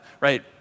Right